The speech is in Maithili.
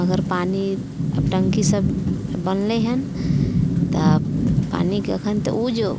मगर पानि टङ्की सब बनलै हन तऽ पानिके एखन तऽ उ जे